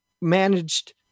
managed